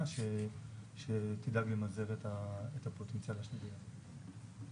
שתדאג למזער את הפוטנציאל השלילי הזה.